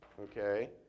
okay